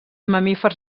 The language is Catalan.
mamífers